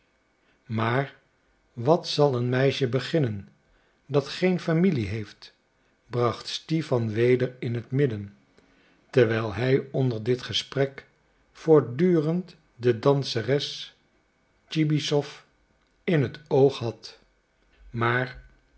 maar wat zal een meisje beginnen dat geen familie heeft bracht stipan weder in het midden terwijl hij onder dit gesprek voortdurend de danseres tschibissow in het oog had maar